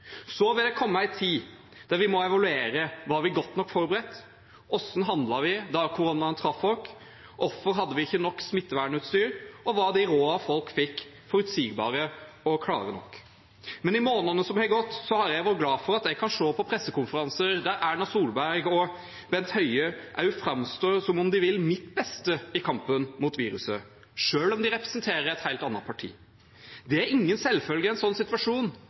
Så vil det komme en tid da vi må evaluere. Var vi godt nok forberedt? Hvordan handlet vi da koronaen traff oss? Hvorfor hadde vi ikke nok smittevernutstyr? Var de rådene folk fikk, forutsigbare og klare nok? Men i månedene som har gått, har jeg vært glad for at jeg kan se på pressekonferanser der Erna Solberg og Bent Høie også framstår som om de vil mitt beste i kampen mot viruset, selv om de representerer et helt annet parti. Det er ingen selvfølge i en sånn situasjon.